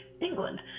England